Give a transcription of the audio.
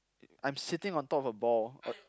I'm sitting on top of a ball